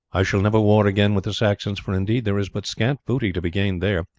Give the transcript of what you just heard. i shall never war again with the saxons, for indeed there is but scant booty to be gained there,